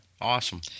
awesome